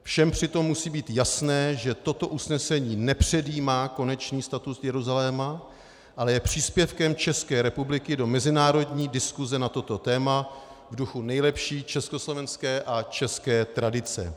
Všem přitom musí být jasné, že toto usnesení nepředjímá konečný status Jeruzaléma, ale je příspěvkem České republiky do mezinárodní diskuse na toto téma v duchu nejlepší československé a české tradice.